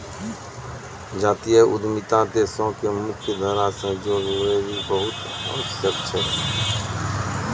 जातीय उद्यमिता देशो के मुख्य धारा से जोड़ै लेली बहुते आवश्यक छै